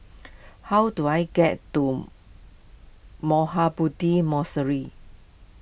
how do I get to Mahabodhi